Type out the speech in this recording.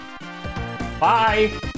Bye